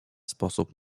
sposób